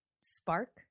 Spark